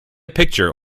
picture